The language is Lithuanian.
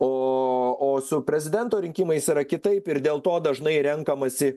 o o su prezidento rinkimais yra kitaip ir dėl to dažnai renkamasi